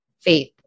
faith